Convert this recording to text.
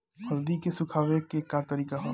हल्दी के सुखावे के का तरीका ह?